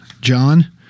John